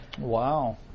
Wow